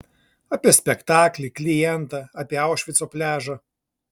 apie spektaklį klientą apie aušvico pliažą